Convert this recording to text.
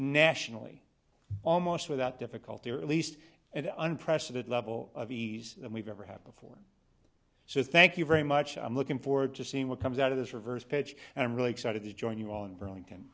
nationally almost without difficulty or at least an unprecedented level of ease than we've ever had before so thank you very much i'm looking forward to seeing what comes out of this reverse pitch and i'm really excited to join you all in burlington